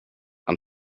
and